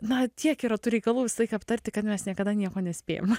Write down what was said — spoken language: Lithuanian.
na tiek yra tų reikalų visą laiką aptarti kad mes niekada nieko nespėjam